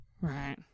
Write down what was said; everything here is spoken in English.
Right